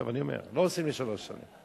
טוב, אני אומר: לא עושים לשלוש שנים.